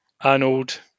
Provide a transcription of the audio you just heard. Arnold